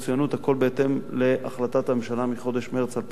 הכול בהתאם להחלטת הממשלה מחודש מרס 2010,